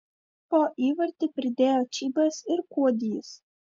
po įvartį pridėjo čybas ir kuodys